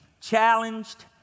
challenged